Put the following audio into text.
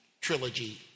trilogy